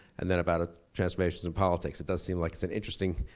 and then, about ah transformations in politics. it does seem like it's an interesting,